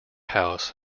house